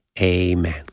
Amen